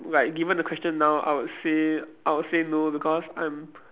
right given the question now I would say I would say no because I'm